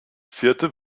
vierte